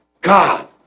God